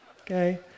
Okay